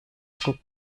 druck